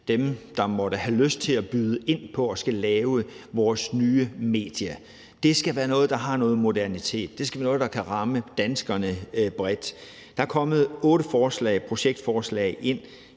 dem, der måtte have lyst til at byde ind på at skulle lave vores nye medie. Det skal være noget, der har noget modernitet. Det skal være noget, der kan ramme danskerne bredt. Der er kommet otte projektforslag ind.